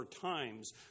times